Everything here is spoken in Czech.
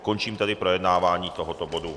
Končím tedy projednávání tohoto bodu.